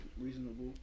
reasonable